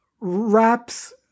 wraps